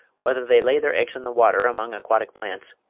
whether they lay their eggs in the water among aquatic plants,